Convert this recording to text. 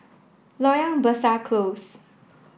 Loyang Besar Close